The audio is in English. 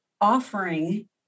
offering